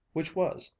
which was,